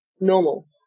normal